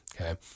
Okay